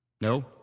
No